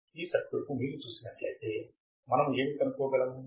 ఈ సర్క్యూట్ ని మీరు చూసినట్లయితే మనము ఏమి కనుక్కోగలము